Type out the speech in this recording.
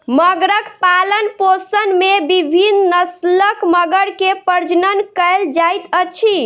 मगरक पालनपोषण में विभिन्न नस्लक मगर के प्रजनन कयल जाइत अछि